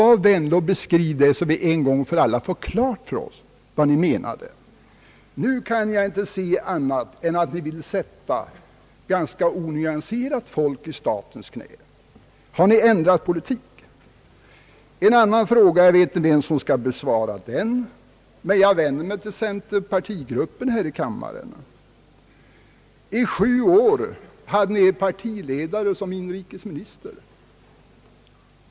Var vänlig och beskriv avsikten, så att vi en gång för alla får klart för oss vad ni menade. Nu kan jag inte se annat än att ni ganska onyanserat vill sätta folk i statens knä. Har ni ändrat politik? Jag har ytterligare en fråga — jag vet inte vem som skall besvara den, men jag vänder mig till centerpartigruppen här i kammaren. I sju år var er partiledare inrikesminister.